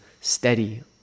steady